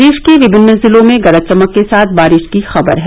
प्रदेश के विभिन्न जिलों में गरज चमक के साथ बारिश की खबर है